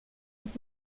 und